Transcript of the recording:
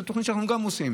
גם זו תוכנית שאנחנו עושים,